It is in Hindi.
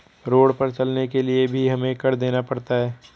रोड पर चलने के लिए भी हमें कर देना पड़ता है